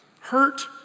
hurt